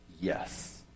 yes